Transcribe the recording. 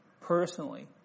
personally